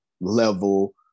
level